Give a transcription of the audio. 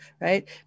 right